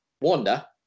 Wanda